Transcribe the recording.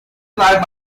fly